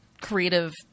creative